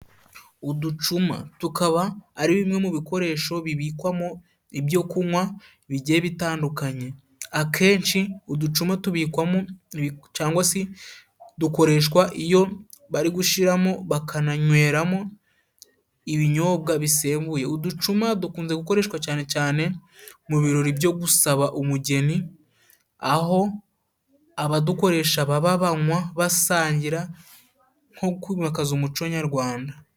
Uducuma tukaba ari bimwe mu bikoresho bibikwamo ibyo kunywa bigiye bitandukanye , akenshi uducuma tubikwamo cangwa si dukoreshwa iyo bari gushiramo bakananyweramo ibinyobwa bisembuye . Uducuma dukunze gukoreshwa cane cane mu birori byo gusaba umugeni aho abadukoresha baba banywa basangira nko kwimakaza umuco Nyarwanda.